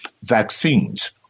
vaccines